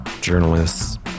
journalists